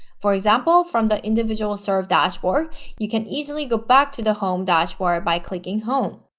for example from the individuals served dashboard you can easily go back to the home dashboard by clicking home.